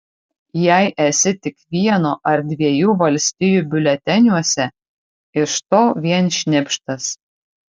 jei esi tik vieno ar dviejų valstijų biuleteniuose iš to vien šnipštas